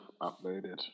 uploaded